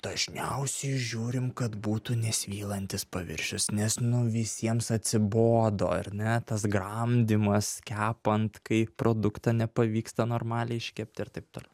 dažniausiai žiūrim kad būtų nesvylantys paviršius nes nu visiems atsibodo ar ne tas gramdymas kepant kai produktą nepavyksta normaliai iškepti ir taip toliau